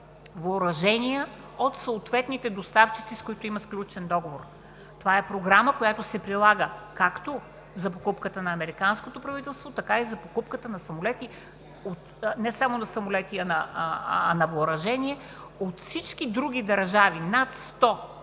въоръжения от съответните доставчици, с които има сключен договор. Това е Програма, която се прилага както за покупката на американското правителство, така и за покупката не само на самолети, а на въоръжение от всички други държави – над 100,